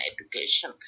education